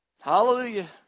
Hallelujah